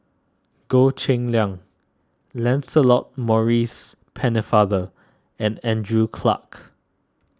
Goh Cheng Liang Lancelot Maurice Pennefather and Andrew Clarke